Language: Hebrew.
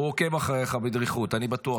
הוא עוקב אחריך בדריכות, אני בטוח בזה.